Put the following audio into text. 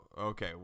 okay